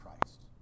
Christ